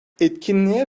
etkinliğe